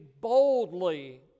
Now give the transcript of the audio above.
boldly